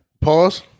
Pause